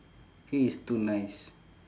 he is too nice